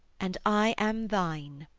and i am thine.